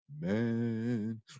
Man